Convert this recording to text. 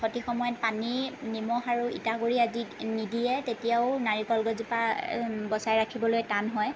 সঠিক সময়ত পানী নিমখ আৰু ইটাগুৰি আদি নিদিয়ে তেতিয়াও নাৰিকল গছজোপা বচাই ৰাখিবলৈ টান হয়